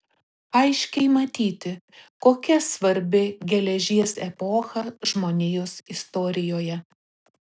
aiškiai matyti kokia svarbi geležies epocha žmonijos istorijoje